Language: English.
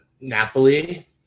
Napoli